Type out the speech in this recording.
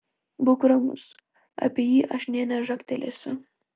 būk ramus apie jį aš nė nežagtelėsiu